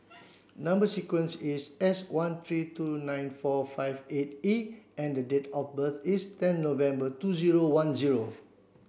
number sequence is S one three two nine four five eight E and the date of birth is ten November two zero one zero